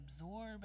absorb